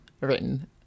written